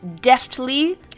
deftly